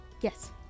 Yes